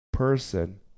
Person